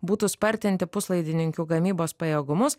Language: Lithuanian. būtų spartinti puslaidininkių gamybos pajėgumus